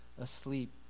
asleep